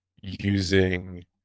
using